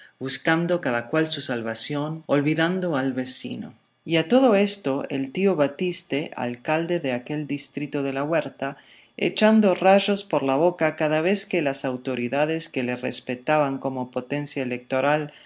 buscando cada cual su salvación olvidando al vecino y a todo esto el tío batiste alcalde de aquel distrito de la huerta echando rayos por la boca cada vez que las autoridades que le respetaban como potencia electoral